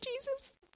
Jesus